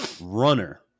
runner